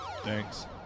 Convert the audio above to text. Thanks